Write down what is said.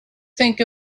think